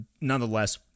nonetheless